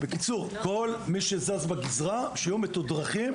בקיצור, כל מי שזז בגזרה שיהיו מתודרכים